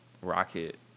Rocket